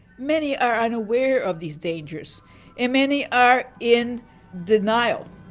many are unaware of these dangers and many are in denial.